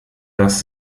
das